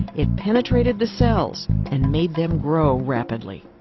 it penetrated the cells and made them grow rapidly.